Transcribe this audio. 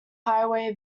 highway